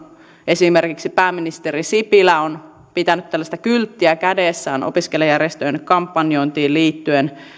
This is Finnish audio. esimerkiksi pääministeri sipilä on pitänyt tällaista kylttiä kädessään opiskelijajärjestöjen kampanjointiin liittyen